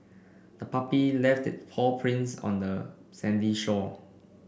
the puppy left paw prints on the sandy shore